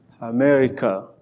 America